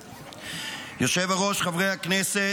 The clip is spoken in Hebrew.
היושב-ראש, חברי הכנסת,